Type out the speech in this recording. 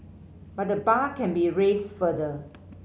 but the bar can be raised further